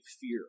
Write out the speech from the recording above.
fear